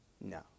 No